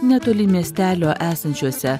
netoli miestelio esančiuose